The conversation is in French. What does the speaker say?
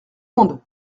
monde